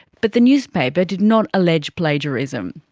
but the newspaper did not allege plagiarism.